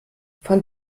von